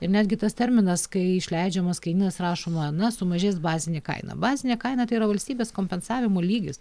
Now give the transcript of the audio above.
ir netgi tas terminas kai išleidžiamas kainynas rašoma na sumažės bazinė kaina bazinė kaina tai yra valstybės kompensavimo lygis